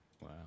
Wow